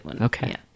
Okay